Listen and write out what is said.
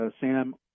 Sam